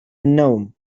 النوم